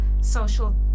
social